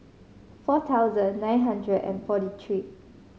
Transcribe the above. four thousand nine hundred and forty three